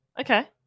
Okay